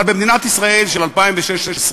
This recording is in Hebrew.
אבל במדינת ישראל של 2016,